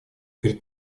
перед